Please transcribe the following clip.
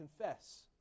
confess